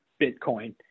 bitcoin